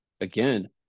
again